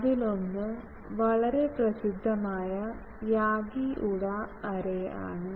അതിലൊന്ന് വളരെ പ്രസിദ്ധമായ യാഗി ഉഡ എറേ ആണ്